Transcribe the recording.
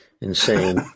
insane